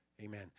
Amen